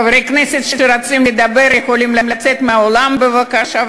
חברי כנסת שרוצים לדבר יכולים לצאת מהאולם, בבקשה.